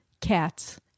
cats